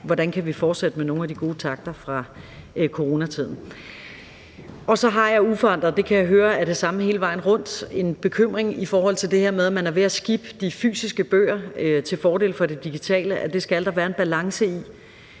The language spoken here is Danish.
hvordan vi kan fortsætte med nogle af de gode takter fra coronatiden. Så har jeg uforandret – og det kan jeg høre er det samme hele vejen rundt – en bekymring i forhold til det her med, om man er ved at skippe de fysiske bøger til fordel for det digitale. Der skal være en balance i